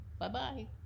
Bye-bye